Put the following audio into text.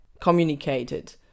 communicated